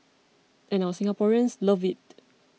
and our Singaporeans love it